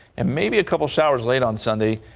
and maybe a couple showers late on sunday.